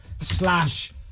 slash